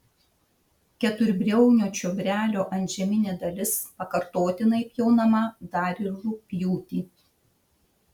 keturbriaunio čiobrelio antžeminė dalis pakartotinai pjaunama dar ir rugpjūtį